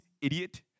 idiot